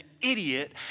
idiot